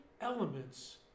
elements